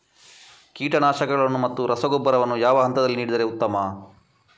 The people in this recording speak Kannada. ಕೀಟನಾಶಕಗಳನ್ನು ಮತ್ತು ರಸಗೊಬ್ಬರವನ್ನು ಯಾವ ಹಂತದಲ್ಲಿ ನೀಡಿದರೆ ಉತ್ತಮ?